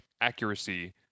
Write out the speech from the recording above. accuracy